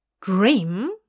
Dream